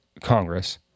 Congress